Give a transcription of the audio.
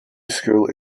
school